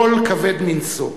עול כבד מנשוא.